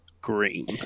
green